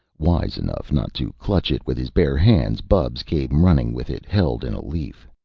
wise enough not to clutch it with his bare hands, bubs came running with it held in a leaf.